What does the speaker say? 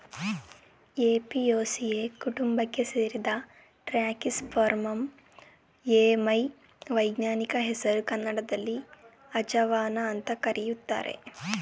Apiaceae ಕುಟುಂಬಕ್ಕೆ ಸೇರಿದ Trachyspermum ammi ವೈಜ್ಞಾನಿಕ ಹೆಸರು ಕನ್ನಡದಲ್ಲಿ ಅಜವಾನ ಅಂತ ಕರೀತಾರೆ